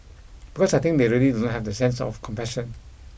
because I think they really do not have that sense of compassion